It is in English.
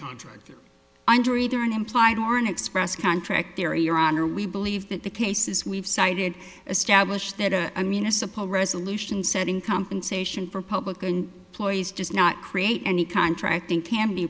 contract under either an implied or an express contract theory your honor we believe that the cases we've cited a stablished that a municipal resolution setting compensation for public and ploys does not create any contracting can